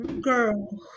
girl